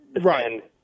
Right